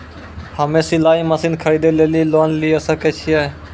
हम्मे सिलाई मसीन खरीदे लेली लोन लिये सकय छियै?